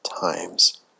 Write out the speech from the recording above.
times